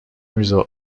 resort